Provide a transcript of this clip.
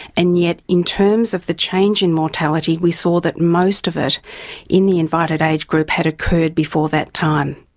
and yet in terms of the change in mortality, we saw that most of it in the invited age group had occurred before that time.